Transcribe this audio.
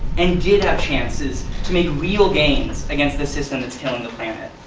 and did have chances to make real gains against the system that is killing the planet.